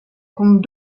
compte